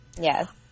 Yes